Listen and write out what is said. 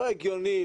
לא הגיוני,